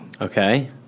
Okay